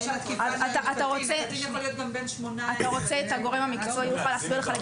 אתה רוצה את הגורם המקצועי שיוכל להסביר לך?